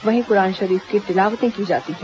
वहीं कुरान शरीफ की तिलावतें की जाती हैं